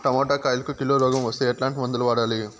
Tomato కాయలకు kilo రోగం వస్తే ఎట్లాంటి మందులు వాడాలి?